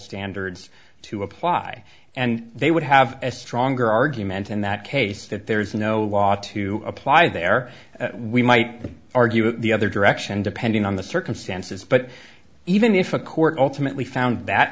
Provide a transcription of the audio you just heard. standards to apply and they would have a stronger argument in that case that there is no law to apply there we might argue the other direction depending on the circumstances but even if a court ultimately found that